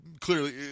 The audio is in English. clearly